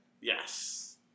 Yes